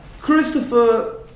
Christopher